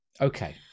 Okay